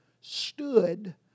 stood